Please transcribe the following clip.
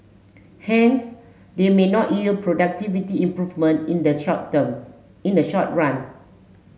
hence they may not yield productivity improvement in the short term in the short run